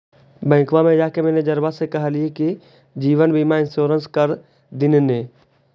बैंकवा मे जाके मैनेजरवा के कहलिऐ कि जिवनबिमा इंश्योरेंस कर दिन ने?